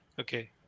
Okay